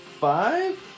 five